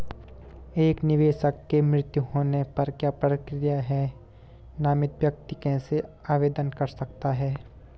एक निवेशक के मृत्यु होने पर क्या प्रक्रिया है नामित व्यक्ति कैसे आवेदन कर सकता है?